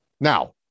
Now